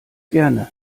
gerne